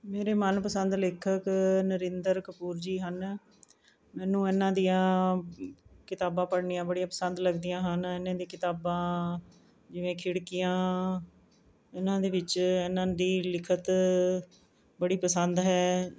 ਮੇਰੇ ਮਨ ਪਸੰਦ ਲੇਖਕ ਨਰਿੰਦਰ ਕਪੂਰ ਜੀ ਹਨ ਮੈਨੂੰ ਇਹਨਾਂ ਦੀਆਂ ਕਿਤਾਬਾਂ ਪੜ੍ਹਨੀਆਂ ਬੜੀਆਂ ਪਸੰਦ ਲੱਗਦੀਆਂ ਹਨ ਇਹਨਾਂ ਦੀ ਕਿਤਾਬਾਂ ਜਿਵੇਂ ਖਿੜਕੀਆਂ ਇਹਨਾਂ ਦੇ ਵਿੱਚ ਇਹਨਾਂ ਦੀ ਲਿਖਤ ਬੜੀ ਪਸੰਦ ਹੈ